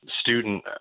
student